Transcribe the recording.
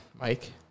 Mike